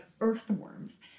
earthworms